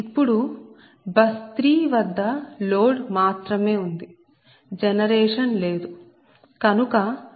ఇప్పుడు బస్ 3 వద్ద లోడ్ మాత్రమే ఉంది జనరేషన్ లేదు కనుక P3 2